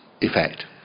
effect